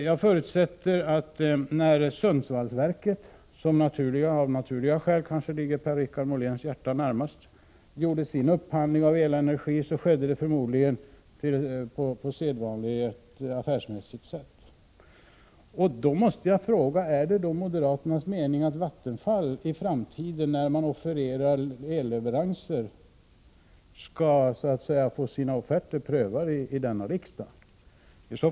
Jag förutsätter att när Sundsvallsverket — som av naturliga skäl kanske ligger Per-Richard Moléns hjärta närmast — gjorde sin upphandling av elenergi skedde det på sedvanligt affärsmässigt sätt. Jag måste fråga: Är det moderaternas mening att när Vattenfall i framtiden offererar elleveranser skall dess offerter prövas av riksdagen?